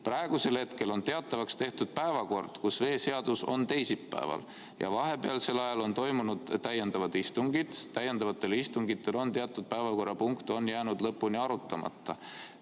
Praegusel hetkel on teatavaks tehtud päevakord, kus veeseadus on teisipäeval, ja vahepealsel ajal on toimunud täiendavad istungid. Täiendavatel istungitel on teatud päevakorrapunkt jäänud lõpuni arutamata.